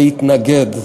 להתנגד".